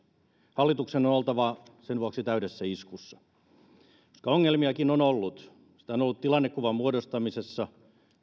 hallituksen on oltava sen vuoksi täydessä iskussa koska ongelmiakin on ollut niitä on ollut tilannekuvan muodostamisessa